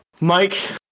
Mike